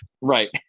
Right